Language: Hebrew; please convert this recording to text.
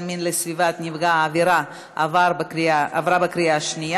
מין לסביבת נפגע העבירה (תיקון מס' 6),